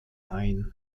ein